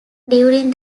during